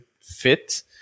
fit